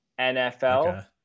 NFL